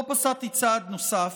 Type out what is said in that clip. לא פסעתי צעד נוסף,